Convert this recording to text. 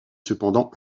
cependant